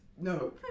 No